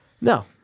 No